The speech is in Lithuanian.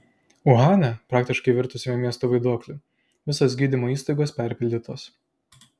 uhane praktiškai virtusiame miestu vaiduokliu visos gydymo įstaigos perpildytos